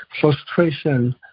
frustration